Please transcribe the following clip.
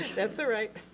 that's alright.